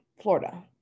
Florida